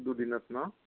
দুদিনত ন